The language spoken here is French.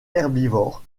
herbivore